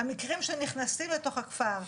המקרים שנכנסים לתוך הכפר,